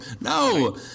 No